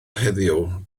heddiw